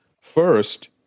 First